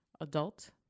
adult